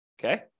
Okay